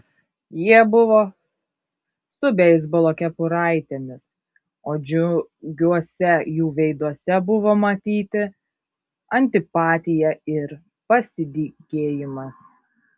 jie buvo su beisbolo kepuraitėmis o džiugiuose jų veiduose buvo matyti antipatija ir pasidygėjimas